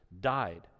died